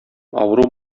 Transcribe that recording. авыру